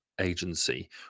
Agency